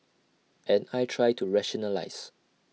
and I try to rationalise